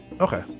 Okay